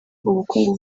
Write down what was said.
ubukungu